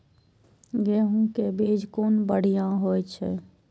गैहू कै बीज कुन बढ़िया होय छै?